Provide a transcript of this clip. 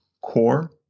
core